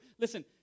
Listen